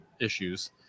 issues